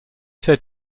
said